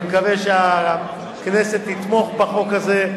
אני מקווה שהכנסת תתמוך בחוק הזה,